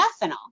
methanol